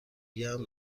گرم